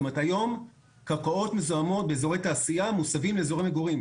היום קרקעות מזוהמות באזורי תעשייה מוסבים לאזורי מגורים.